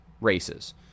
races